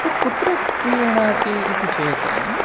तत् कुत्र क्रियणासि इति चेत्